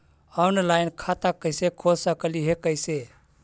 Online खाता कैसे खोल सकली हे कैसे?